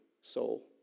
soul